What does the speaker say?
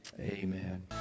amen